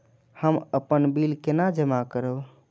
हम अपन बिल केना जमा करब?